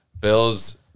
Bills